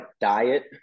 diet